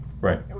Right